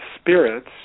spirits